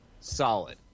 solid